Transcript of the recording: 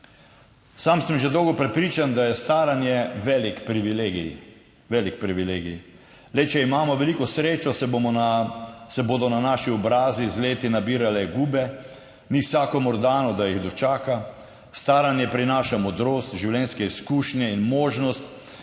Sam sem že dolgo prepričan, da je staranje velik privilegij, velik privilegij le če imamo veliko srečo, se bomo se bodo na naši obrazi z leti nabirale gube. Ni vsakomur dano, da jih dočaka. Staranje prinaša modrost, življenjske izkušnje in možnost,